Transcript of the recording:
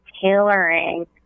tailoring